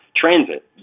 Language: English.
transit